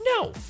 No